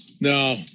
No